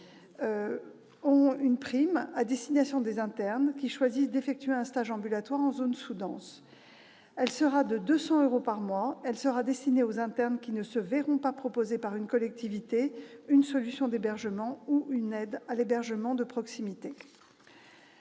une prime à destination des internes qui choisissent d'effectuer un stage ambulatoire en zone sous-dense va être créée : d'un montant de 200 euros par mois, elle sera destinée aux internes qui ne se verront pas proposer par une collectivité territoriale une solution d'hébergement ou une aide à l'hébergement de proximité.